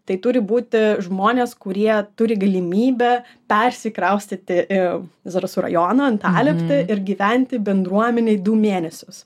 tai turi būti žmonės kurie turi galimybę persikraustyti į zarasų rajono antalieptę ir gyventi bendruomenėj du mėnesius